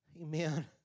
Amen